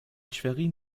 schwerin